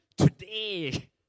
Today